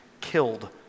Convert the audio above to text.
killed